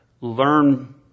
learn